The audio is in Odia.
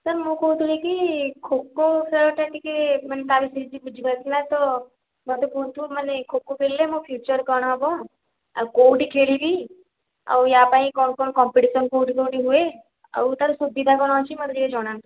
ସାର୍ ମୁଁ କହୁଥିଲି କି ଖୋଖୋ ଖେଳଟା ଟିକିଏ ମାନେ ତା ବିଷୟରେ ଟିକିଏ କିଛି ବୁଝିବାର ଥିଲା ତ ମୋତେ କୁହନ୍ତୁ ମାନେ ଖୋଖୋ ଖେଳିଲେ ମୋ' ଫ୍ୟୁଚର କ'ଣ ହେବ ଆଉ କେଉଁଠି ଖେଳିବି ଆଉ ୟା ପାଇଁ କଣ କଣ କମ୍ପିଟିସନ କେଉଁଠି କେଉଁଠି ହୁଏ ଆଉ ତା'ର ସୁବିଧା କ'ଣ ଅଛି ମୋତେ ଟିକିଏ ଜଣାନ୍ତୁ